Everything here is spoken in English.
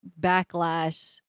Backlash